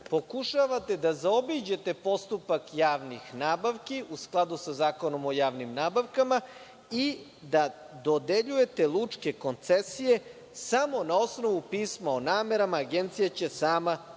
pokušavate da zaobiđete postupak javnih nabavki u skladu sa Zakonom o javnim nabavkama i da dodeljujete lučke koncesije samo na osnovu pisma o namerama, Agencija će sama da